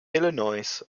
illinois